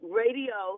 radio